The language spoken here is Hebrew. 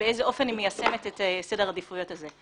באיזה אופן היא מיישמת את סדר העדיפויות הזה.